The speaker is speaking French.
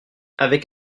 avec